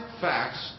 facts